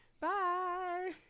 Bye